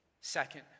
Second